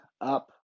up